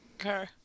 Okay